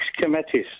committees